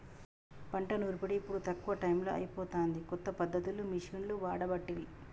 పంట నూర్పిడి ఇప్పుడు తక్కువ టైములో అయిపోతాంది, కొత్త పద్ధతులు మిషిండ్లు వాడబట్టిరి